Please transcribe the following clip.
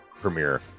premiere